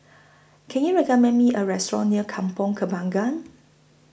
Can YOU recommend Me A Restaurant near Kampong Kembangan